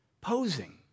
posing